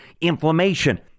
inflammation